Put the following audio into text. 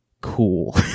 cool